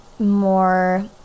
more